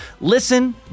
Listen